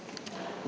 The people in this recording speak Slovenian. Hvala